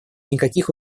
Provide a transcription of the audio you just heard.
никаких